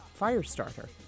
Firestarter